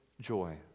joy